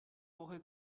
woche